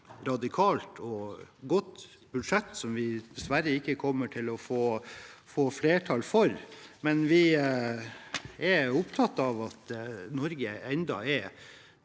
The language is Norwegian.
radikalt og godt budsjett som vi dessverre ikke kommer til å få flertall for, men vi er opptatt av at Norge fremdeles